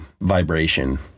vibration